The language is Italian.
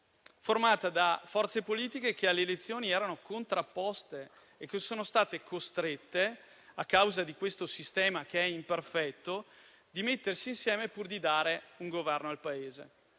formati da forze politiche che alle elezioni erano contrapposte e che sono state costrette, a causa di questo sistema imperfetto, a mettersi insieme pur di dare un Governo al Paese.